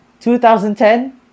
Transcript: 2010